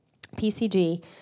PCG